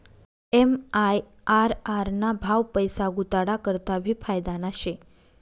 MIRR ना भाव पैसा गुताडा करता भी फायदाना शे